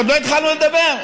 עוד לא התחלנו לדבר.